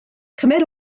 cymer